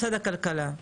משרד הכלכלה,